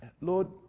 Lord